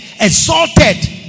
exalted